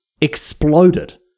exploded